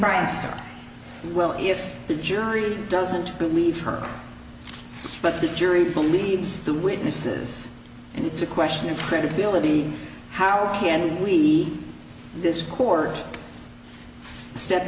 monster will if the jury doesn't believe her butt the jury believes the witnesses and it's a question of credibility how can we this court step